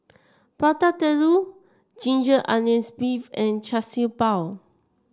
Prata Telur Ginger Onions beef and Char Siew Bao